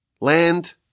Land